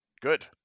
Good